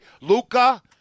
Luca